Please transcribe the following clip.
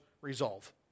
resolve